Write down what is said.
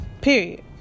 period